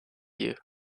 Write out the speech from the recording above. you